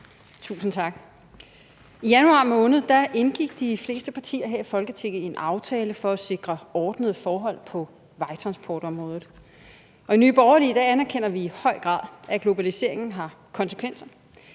Tusind tak. I januar måned indgik de fleste partier her i Folketinget en aftale for at sikre ordnede forhold på vejtransportområdet. Og i Nye Borgerlige anerkender vi i høj grad, at globaliseringen har konsekvenser.